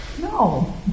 No